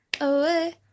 away